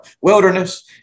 wilderness